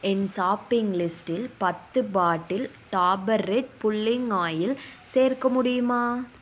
என் shopping லிஸ்டில் பத்து bottle Dabur red pulling oil சேர்க்க முடியுமா